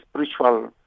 spiritual